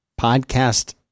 podcast